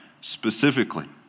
specifically